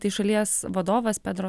tai šalies vadovas pedro